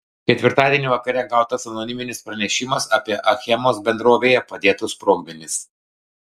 ketvirtadienį vakare gautas anoniminis pranešimas apie achemos bendrovėje padėtus sprogmenis